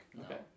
Okay